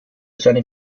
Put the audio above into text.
seine